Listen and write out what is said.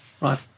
right